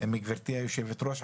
עם גברתי יושבת הראש.